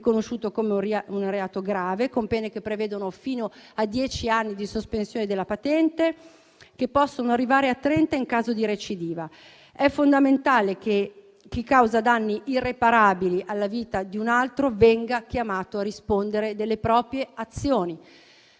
riconosciuto come un reato grave, con pene che prevedono fino a dieci anni di sospensione della patente e che possono arrivare a trent'anni in caso di recidiva. È fondamentale che chi causa danni irreparabili alla vita di un altro venga chiamato a rispondere delle proprie azioni.